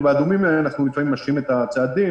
ובאדומים אנחנו לפעמים משהים את הצעדים